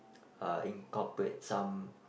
uh incorporate some